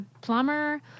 plumber